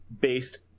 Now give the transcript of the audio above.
based